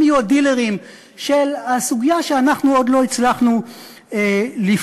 הם יהיו הדילרים של הסוגיה שאנחנו עוד לא הצלחנו לפתור.